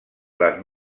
les